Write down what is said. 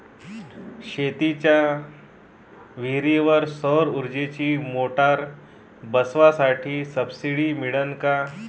शेतीच्या विहीरीवर सौर ऊर्जेची मोटार बसवासाठी सबसीडी मिळन का?